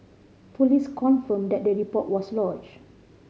police confirmed that the report was lodged